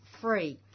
free